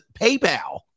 PayPal